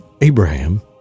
Abraham